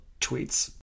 tweets